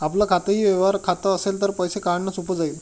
आपलं खातंही व्यवहार खातं असेल तर पैसे काढणं सोपं जाईल